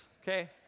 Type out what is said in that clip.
okay